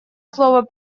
слово